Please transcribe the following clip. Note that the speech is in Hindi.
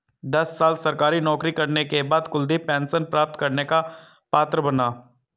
दस साल सरकारी नौकरी करने के बाद कुलदीप पेंशन प्राप्त करने का पात्र बना